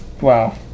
wow